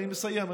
אני מסיים,